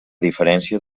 diferència